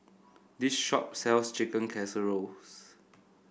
this shop sells Chicken Casserole